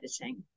editing